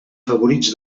favorits